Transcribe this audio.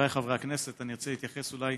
חבריי חברי הכנסת, אני רוצה להתייחס אולי